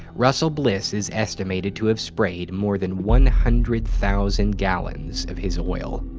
russell bliss is estimated to have sprayed more than one hundred thousand gallons of his oil.